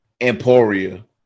Emporia